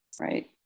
right